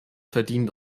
verdient